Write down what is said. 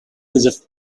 was